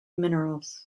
minerals